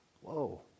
Whoa